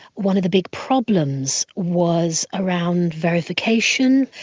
one of the big problems was around verification,